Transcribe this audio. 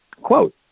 quote